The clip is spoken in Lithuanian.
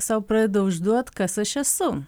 sau pradeda užduot kas aš esu